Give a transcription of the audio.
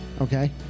Okay